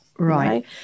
Right